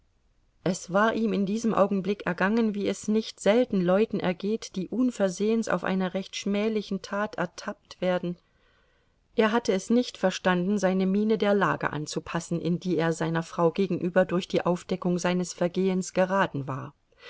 es war ihm in diesem augenblick ergangen wie es nicht selten leuten ergeht die unversehens auf einer recht schmählichen tat ertappt werden er hatte es nicht verstanden seine miene der lage anzupassen in die er seiner frau gegenüber durch die aufdeckung seines vergehens geraten war